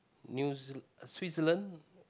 New-Zeal~ Switzerland